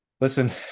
listen